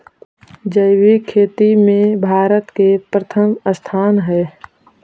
जैविक खेती में भारत के प्रथम स्थान हई